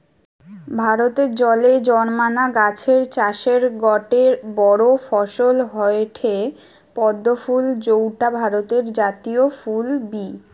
ভারতে জলে জন্মানা গাছের চাষের গটে বড় ফসল হয়ঠে পদ্ম ফুল যৌটা ভারতের জাতীয় ফুল বি